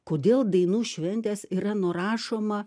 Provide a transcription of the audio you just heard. kodėl dainų šventės yra nurašoma